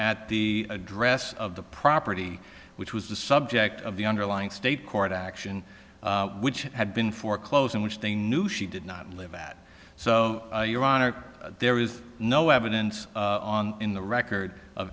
at the address of the property which was the subject of the underlying state court action which had been foreclosed on which they knew she did not live at so your honor there is no evidence on in the record of